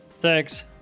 thanks